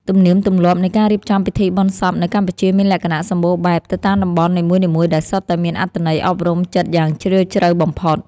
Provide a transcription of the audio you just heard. ទំនៀមទម្លាប់នៃការរៀបចំពិធីបុណ្យសពនៅកម្ពុជាមានលក្ខណៈសម្បូរបែបទៅតាមតំបន់នីមួយៗដែលសុទ្ធតែមានអត្ថន័យអប់រំចិត្តយ៉ាងជ្រាលជ្រៅបំផុត។